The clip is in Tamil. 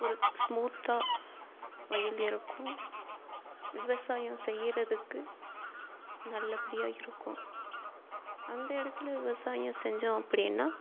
ஒரு ஸ்மூத்தாக வயல் இருக்கும் விவசாயம் செய்யறதுக்கு நல்லபடியாக இருக்கும் அந்த இடத்துல விவசாயம் செஞ்சோம் அப்படின்னா